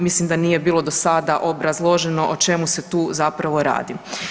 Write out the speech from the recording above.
Mislim da nije bilo do sada obrazloženo o čemu se tu zapravo radi.